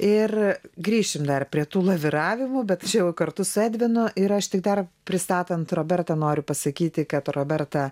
ir grįšim dar prie tų laviravimų bet čia jau kartu su edvinu ir aš tik dar pristatant robertą noriu pasakyti kad roberta